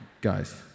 Guys